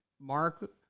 Mark